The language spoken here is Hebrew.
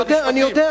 אני יודע,